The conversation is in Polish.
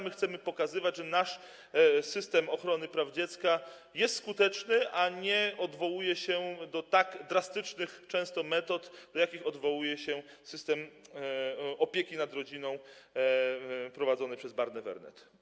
My chcemy pokazywać, że nasz system ochrony praw dziecka jest skuteczny, a nie odwołuje się do tak drastycznych często metod, do jakich odwołuje się system opieki nad rodziną stosowany przez Barnevernet.